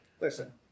Listen